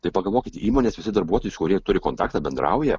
tai pagalvokit įmonės visi darbuotojai kurie turi kontaktą bendrauja